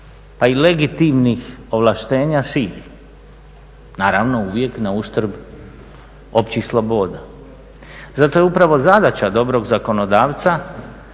pa i legitimnih ovlaštenja širi, naravno uvijek na uštrb općih sloboda. Zato je upravo zadaća dobrog zakonodavca